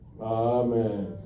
Amen